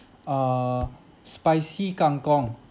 uh spicy kangkong